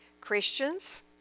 Christians